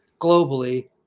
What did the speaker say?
globally